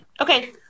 Okay